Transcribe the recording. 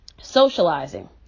Socializing